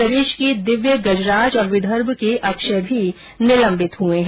प्रदेश के दिव्य गजराज और विदर्भ के अक्षय भी निलंबित हुए है